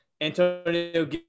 Antonio